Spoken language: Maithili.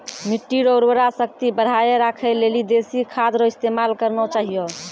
मिट्टी रो उर्वरा शक्ति बढ़ाएं राखै लेली देशी खाद रो इस्तेमाल करना चाहियो